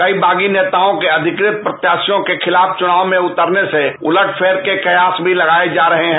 कई बागी नेताओं के अधिकृत प्रत्याशियों के खिलाफ चुनाव में उतरने से उलट फेर के कयास भी लगाये जा रहे हैं